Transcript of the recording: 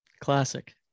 Classic